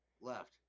left